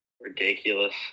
ridiculous